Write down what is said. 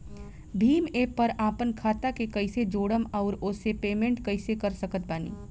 Bhim app पर आपन खाता के कईसे जोड़म आउर ओसे पेमेंट कईसे कर सकत बानी?